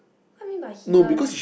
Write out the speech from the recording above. I mean by hidden